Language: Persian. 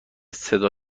صدا